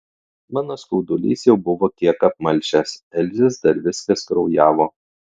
mano skaudulys jau buvo kiek apmalšęs elzės dar viskas kraujavo